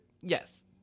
yes